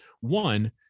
One